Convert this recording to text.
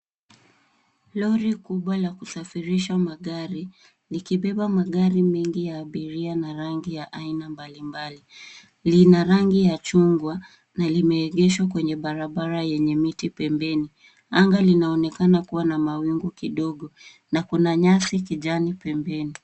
Lori kubwa la kusafirisha magari likibeba magari mengi ya abiria na rangi ya aina mbalimbali lina rangi ya chungwa na limeegeshwa kwenye barabara yenye miti pembeni. Anga linaonekana kuwa na mawingu kidogo na kuna nyasi kijani pembeni.